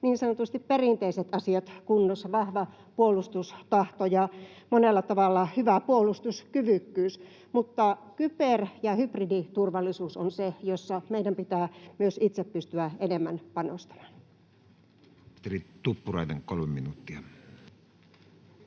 niin sanotusti perinteiset asiat kunnossa — vahva puolustustahto ja monella tavalla hyvä puolustuskyvykkyys — mutta kyber- ja hybriditurvallisuus on se, johon meidän pitää myös itse pystyä enemmän panostamaan.